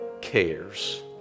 cares